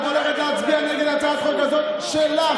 את הולכת להצביע נגד הצעת החוק הזאת שלך,